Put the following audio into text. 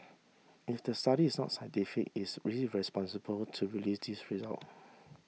if the study is not scientific it is irresponsible to release these result